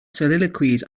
soliloquies